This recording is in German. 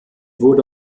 wurde